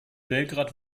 belgrad